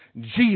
Jesus